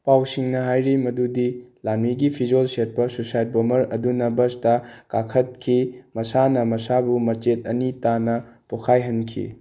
ꯄꯥꯏꯁꯤꯡꯅ ꯍꯥꯏꯔꯤ ꯃꯗꯨꯗꯤ ꯂꯥꯟꯃꯤꯒꯤ ꯐꯤꯖꯣꯜ ꯁꯦꯠꯄ ꯁ꯭ꯋꯤꯁꯥꯏꯠ ꯕꯣꯝꯕꯔ ꯑꯗꯨꯅ ꯕꯁꯇ ꯀꯥꯈꯠꯈꯤ ꯃꯁꯥꯅ ꯃꯁꯥꯕꯨ ꯃꯆꯦꯠ ꯑꯅꯤ ꯇꯥꯅ ꯄꯣꯈꯥꯏꯍꯟꯈꯤ